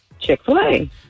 Chick-fil-A